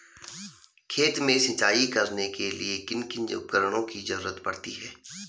खेत में सिंचाई करने के लिए किन किन उपकरणों की जरूरत पड़ती है?